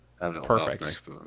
perfect